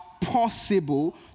possible